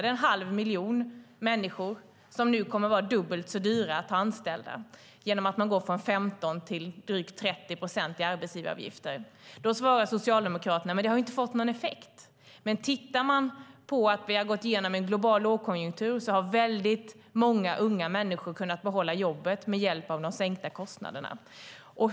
Det är en halv miljon människor som nu kommer att vara dubbelt så dyra att ha anställda när man går från 15 procent till drygt 30 procent i arbetsgivaravgifter. Då svarar Socialdemokraterna att den sänkta arbetsgivaravgiften inte har fått någon effekt. Men om man ser till att vi har gått igenom en global lågkonjunktur är det väldigt många unga människor som har kunnat behålla jobbet tack vare de sänkta kostnaderna.